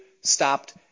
stopped